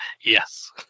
Yes